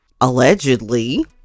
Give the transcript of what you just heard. allegedly